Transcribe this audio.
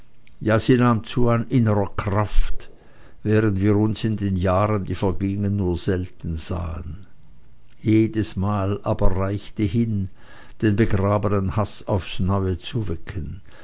an innerer kraft während wir uns in den jahren die vergingen nur selten sahen jedes mal aber reichte hin den begrabenen haß aufs neue zu wecken